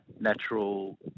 natural